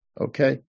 okay